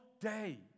day